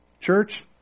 church